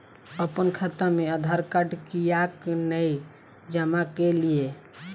अप्पन खाता मे आधारकार्ड कियाक नै जमा केलियै?